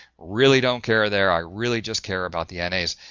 really don't care there, i really just care about the n a's.